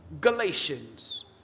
Galatians